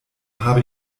habe